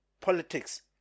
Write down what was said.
politics